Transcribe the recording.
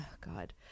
god